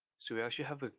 so we actually have ah